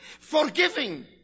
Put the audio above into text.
forgiving